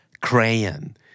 Crayon